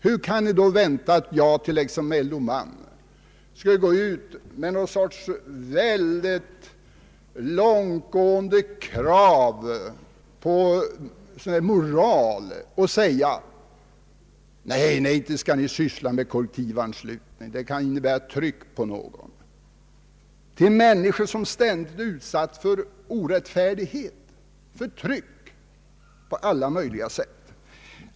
Hur kan då någon vänta sig att jag såsom LO-man skulle gå ut med mycket långtgående krav på något slags moral och säga: Nej, inte skall vi syssla med kollektivanslutning — det kan innebära tryck på någon. Inte skulle jag kunna säga detta till mäninskor som ständigt är utsatta för orättfärdigheter och förtryck på alla möjliga sätt.